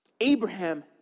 Abraham